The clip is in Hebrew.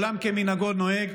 עולם כמנהגו נוהג.